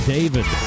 David